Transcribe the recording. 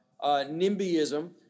NIMBYism